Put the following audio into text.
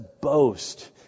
boast